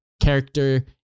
character